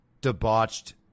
debauched